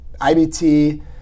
IBT